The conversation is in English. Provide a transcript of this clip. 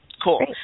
cool